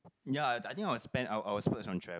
ya I I think I'll spend I'll I'll spurge on